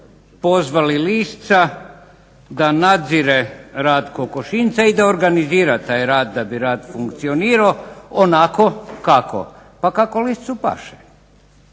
pozvali lisca da nadzire rad kokošinjca i da organizira taj rad da bi rad funkcionirao onako kako? Pa kako liscu paše.